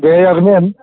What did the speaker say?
दे जागोन